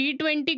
T20